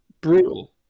brutal